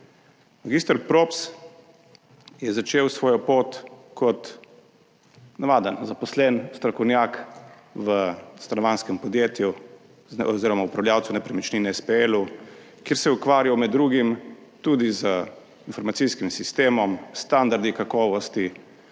Mag. Props je začel svojo pot kot navaden zaposlen strokovnjak v stanovanjskem podjetju oziroma upravljavcu nepremičnine, SPL-u, kjer se je ukvarjal med drugim tudi z informacijskim sistemom, standardi kakovosti